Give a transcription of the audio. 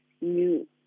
new